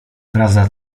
prawda